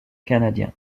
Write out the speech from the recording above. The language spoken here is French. canadien